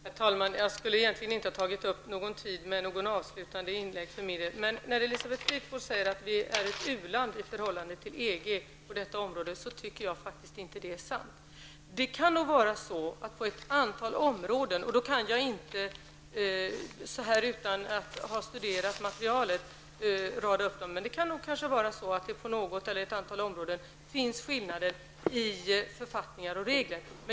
Herr talman! Jag skulle egentligen inte ha tagit upp någon tid med något avslutande inlägg för min del. Men när Elisabeth Fleetwood säger att vi är ett uland i förhållande till EG på detta område, tycker jag faktiskt inte att det är sant. Det kan nog vara så att det på något område eller ett antal områden finns skillnader i författningar och regler. Utan att ha studerat materialet kan jag inte räkna upp dessa.